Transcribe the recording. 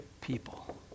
people